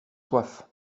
soif